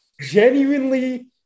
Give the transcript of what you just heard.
genuinely